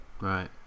Right